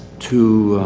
to